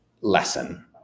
lesson